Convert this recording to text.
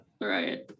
Right